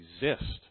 exist